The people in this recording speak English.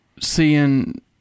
seeing –